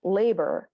labor